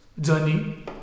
journey